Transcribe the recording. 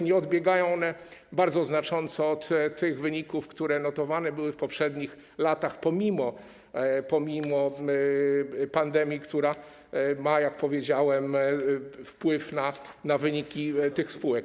Nie odbiegają one bardzo, znacząco od tych wyników, które notowane były w poprzednich latach, pomimo pandemii, która ma, jak powiedziałem, wpływ na wyniki tych spółek.